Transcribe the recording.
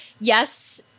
yes